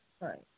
Right